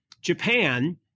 Japan